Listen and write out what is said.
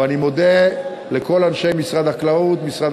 ואני מודה לכל אנשי משרד החקלאות ומשרד